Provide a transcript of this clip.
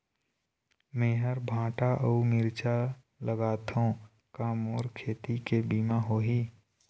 मेहर भांटा अऊ मिरचा लगाथो का मोर खेती के बीमा होही?